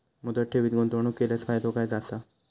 मुदत ठेवीत गुंतवणूक केल्यास फायदो काय आसा?